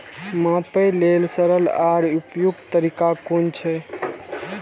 मापे लेल सरल आर उपयुक्त तरीका कुन छै?